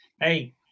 hey